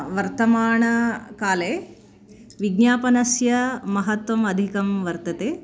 वर्तमाने काले विज्ञापनस्य महत्त्वम् अधिकं वर्तते